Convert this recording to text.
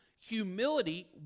humility